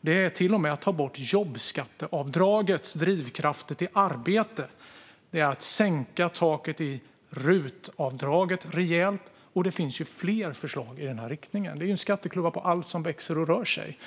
och det handlar till och med om att ta bort jobbskatteavdragets drivkrafter till arbete. Det handlar också om att sänka taket på rutavdraget rejält, och det finns fler förslag i denna riktning. Det är skatt på allt som växer och rör sig.